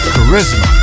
Charisma